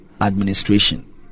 administration